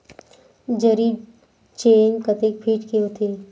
जरीब चेन कतेक फीट के होथे?